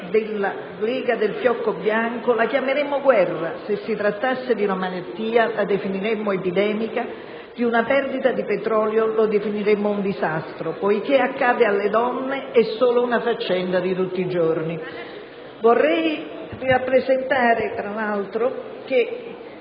«Lega del fiocco bianco» - la chiameremmo guerra, se si trattasse di una malattia la definiremmo epidemica, di una perdita di petrolio un disastro. Poiché accade alle donne è solo una faccenda di tutti i giorni. Vorrei rappresentare, tra l'altro, che